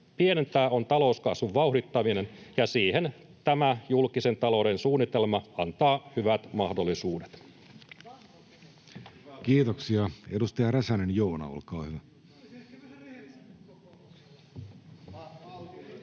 pienentää, on talouskasvun vauhdittaminen, ja siihen tämä julkisen talouden suunnitelma antaa hyvät mahdollisuudet. [Jussi Saramo: Oli se ehkä vähän